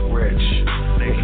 rich